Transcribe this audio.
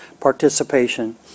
participation